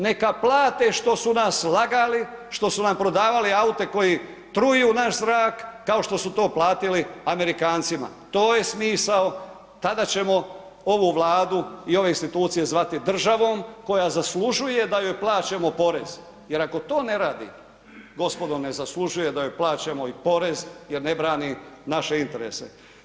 Neka plate što su nas lagali, što su nam prodavali aute koji truju naš zrak kao što su to platili Amerikancima, to je smisao, tada ćemo ovu Vladu i ove institucije zvati državom koja zaslužuje da joj plaćamo porez jer ako to ne radi, gospodom ne zaslužuje da joj plaćamo i porez je brani naše interese.